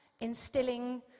instilling